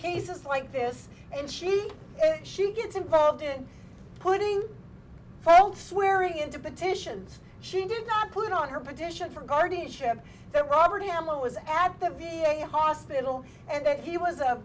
cases like this and she she gets involved in putting fold swearing into petitions she did not put on her petition for guardianship that robert hammer was abt the v a hospital and that he was a